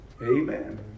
Amen